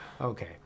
Okay